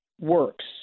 works